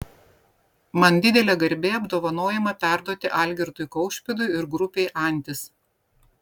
man didelė garbė apdovanojimą perduoti algirdui kaušpėdui ir grupei antis